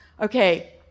okay